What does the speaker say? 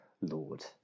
Lord